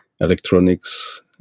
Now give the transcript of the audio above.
electronics